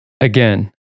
Again